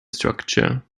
structure